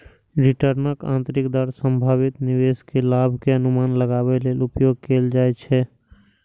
रिटर्नक आंतरिक दर संभावित निवेश के लाभ के अनुमान लगाबै लेल उपयोग कैल जाइ छै